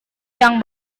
yang